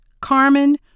Carmen